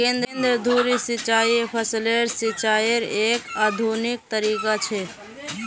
केंद्र धुरी सिंचाई फसलेर सिंचाईयेर एक आधुनिक तरीका छ